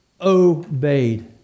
obeyed